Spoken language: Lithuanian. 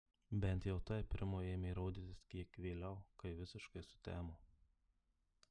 bent jau taip rimui ėmė rodytis kiek vėliau kai visiškai sutemo